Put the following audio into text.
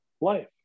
life